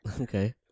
Okay